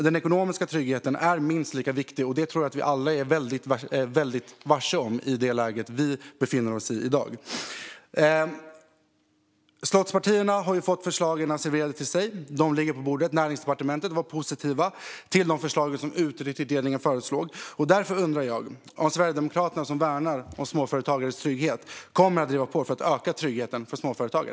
Den ekonomiska tryggheten är minst lika viktig, och det tror jag att vi alla är varse i det läge vi nu befinner oss i. Slottspartierna har fått förslagen serverade, och de ligger på bordet. Näringsdepartementet var positivt till de förslag som utredningen föreslog. Kommer Sverigedemokraterna, som värnar om småföretagarnas trygghet, driva på för att öka tryggheten för småföretagare?